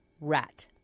RAT